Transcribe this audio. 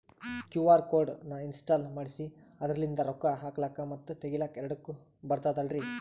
QR code ನ ಇನ್ಸ್ಟಾಲ ಮಾಡೆಸಿ ಅದರ್ಲಿಂದ ರೊಕ್ಕ ಹಾಕ್ಲಕ್ಕ ಮತ್ತ ತಗಿಲಕ ಎರಡುಕ್ಕು ಬರ್ತದಲ್ರಿ?